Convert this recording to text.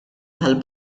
tal